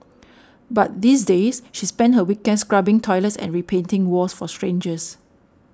but these days she spends her weekends scrubbing toilets and repainting walls for strangers